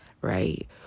right